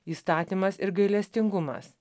įstatymas ir gailestingumas